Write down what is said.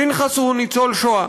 פנחס הוא ניצול שואה.